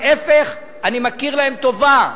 להיפך, אני מכיר להם טובה,